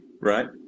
right